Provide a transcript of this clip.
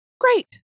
great